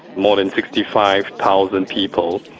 more than sixty five thousand people,